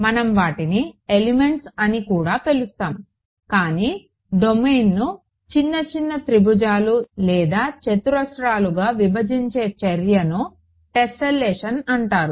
మనం వాటిని ఎలిమెంట్స్ అని కూడా పిలుస్తాము కానీ డొమైన్ను చిన్న చిన్న త్రిభుజాలు లేదా చతురస్రాలుగా విభజించే చర్యను టెస్సేలేషన్ అంటారు